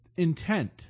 intent